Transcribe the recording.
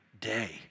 day